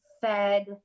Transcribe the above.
fed